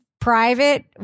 private